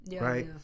right